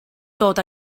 dod